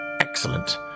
Excellent